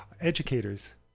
educators